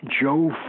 Joe